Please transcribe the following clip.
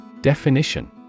Definition